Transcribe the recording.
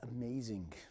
amazing